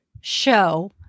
show